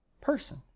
person